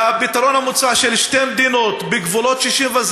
לפתרון המוצע של שתי מדינות בגבולות 67',